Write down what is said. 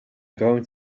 going